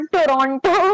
Toronto